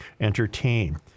entertain